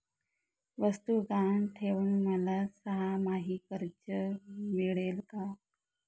वस्तू गहाण ठेवून मला सहामाही कर्ज मिळेल का?